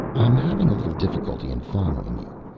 i'm having a little difficulty in following you.